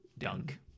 Dunk